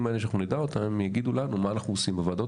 שנדע יגידו לנו מה אנחנו עושים בוועדות